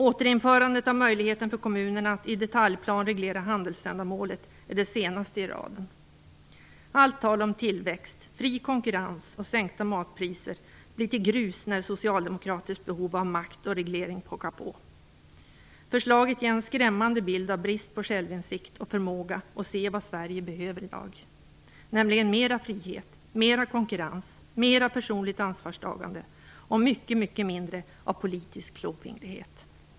Återinförandet av möjligheten för kommunerna att i detaljplan reglera handelsändamålet är det senaste i raden. Allt tal om tillväxt, fri konkurrens och sänkta matpriser blir till grus när socialdemokratiskt behov av makt och reglering pockar på. Förslaget ger en skrämmande bild av brist på självinsikt och förmåga att se vad Sverige behöver i dag, nämligen mera frihet, mera konkurrens, mera personligt ansvarstagande och mycket, mycket mindre av politisk klåfingrighet.